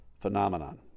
phenomenon